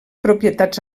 propietats